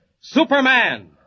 Superman